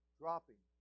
dropping